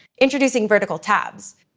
introducing vertical tabs,